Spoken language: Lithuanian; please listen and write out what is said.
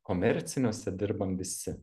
komerciniuose dirbam visi